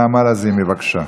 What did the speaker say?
חברת הכנסת נעמה לזימי, בבקשה.